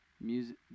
Music